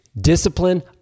Discipline